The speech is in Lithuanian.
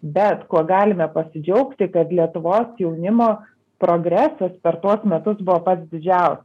bet kuo galime pasidžiaugti kad lietuvos jaunimo progresas per tuos metus buvo pats didžiausias